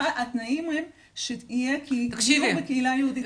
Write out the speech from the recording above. התנאים הם שיהיו בקהילה יהודית --- תקשיבו,